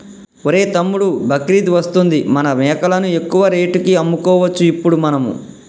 ఒరేయ్ తమ్ముడు బక్రీద్ వస్తుంది మన మేకలను ఎక్కువ రేటుకి అమ్ముకోవచ్చు ఇప్పుడు మనము